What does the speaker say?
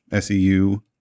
seu